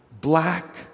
black